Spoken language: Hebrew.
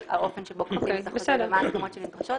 של האופן שבו כורתים את החוזה ומהן ההסכמות שנדרשות.